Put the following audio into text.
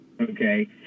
Okay